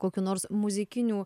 kokių nors muzikinių